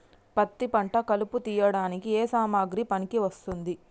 పత్తి పంట కలుపు తీయడానికి ఏ సామాగ్రి పనికి వస్తుంది?